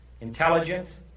intelligence